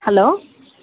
hello